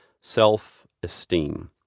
self-esteem